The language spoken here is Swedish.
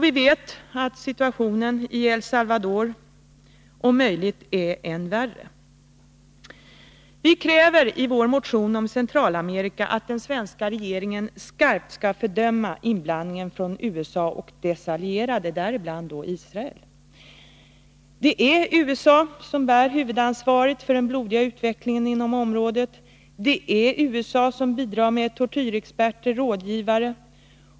Vi vet att situationen i El Salvador om möjligt är än värre. Vi kräver i vår motion om Centralamerika att den svenska regeringen skarpt skall fördöma inblandningen från USA och dess allierade, däribland Israel. Det är USA som bär huvudansvaret för den blodiga utvecklingen inom området. Det är USA som bidrar med tortyrexperter, rådgivare.